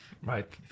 Right